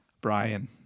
Brian